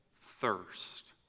thirst